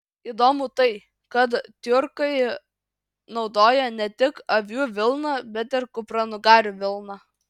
įdomu tai kad tiurkai naudojo ne tik avių vilną bet ir kupranugarių vilną